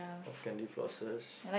of candy-flosses